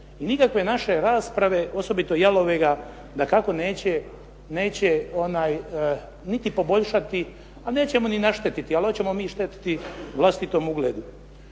nikakve naše rasprave, osobito jalove ga dakako neće niti poboljšati, a neće mu ni naštetiti, ali hoćemo mi štetiti vlastitom ugledu.